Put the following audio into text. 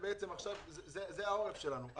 זה העורף שלנו,